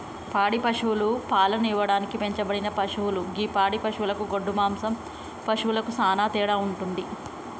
పాడి పశువులు పాలను ఇవ్వడానికి పెంచబడిన పశువులు గి పాడి పశువులకు గొడ్డు మాంసం పశువులకు సానా తేడా వుంటది